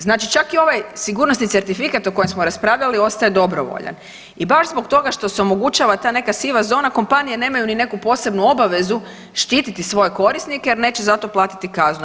Znači čak i ovaj sigurnosni certifikat o kojem smo raspravljali ostaje dobrovoljan i baš zbog toga što se omogućava ta neka siva zona kompanije nemaju ni neku posebnu obavezu štititi svoje korisnike jer neće zato platiti kaznu.